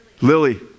Lily